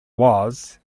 was